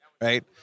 right